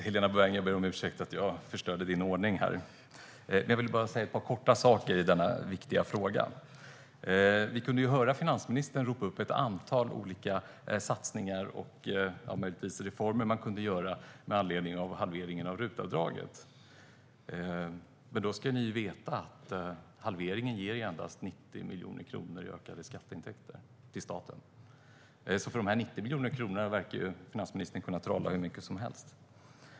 Herr talman! Jag vill kortfattat säga något i denna viktiga fråga. Vi kunde höra finansministern räkna upp ett antal olika satsningar och möjligtvis reformer som man kunde göra med anledning av halveringen av RUT-avdraget. Men då ska ni veta att halveringen ger endast 90 miljoner kronor i ökade skatteintäkter till staten. Finansministern verkar kunna trolla hur mycket som helst med dessa 90 miljoner kronor.